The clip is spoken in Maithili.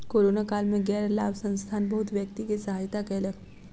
कोरोना काल में गैर लाभ संस्थान बहुत व्यक्ति के सहायता कयलक